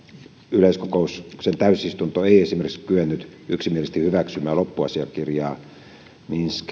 yleiskokouksen täysistunto ei esimerkiksi kyennyt yksimielisesti hyväksymään loppuasiakirjaa minsk